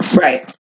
Right